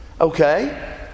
Okay